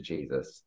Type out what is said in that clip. Jesus